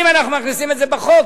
אם אנחנו מכניסים את זה בחוק,